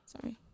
Sorry